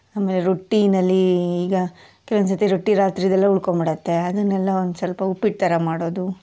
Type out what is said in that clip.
ಆಮೇಲೆ ರೊಟ್ಟಿನಲ್ಲಿ ಈಗ ಕೆಲ್ವೊಂದು ಸರ್ತಿ ರೊಟ್ಟಿ ರಾತ್ರಿದೆಲ್ಲ ಉಳ್ಕೊಂಬಿಡತ್ತೆ ಅದನ್ನೆಲ್ಲ ಒಂದು ಸ್ವಲ್ಪ ಉಪ್ಪಿಟ್ಟು ಥರ ಮಾಡೋದು